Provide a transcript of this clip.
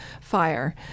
fire